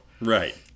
Right